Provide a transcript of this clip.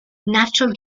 natural